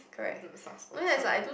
don't know soft spot so